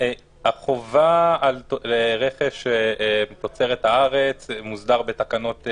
החובה לרכש תוצרת הארץ מוסדרת בתקנות,